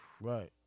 Right